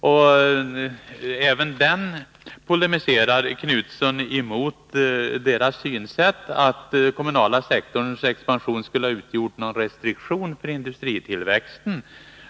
Karl Knutsson polemiserar mot utredningens synsätt, att den kommunala sektorns expansion skulle ha utgjort någon restriktion för industritillväxten.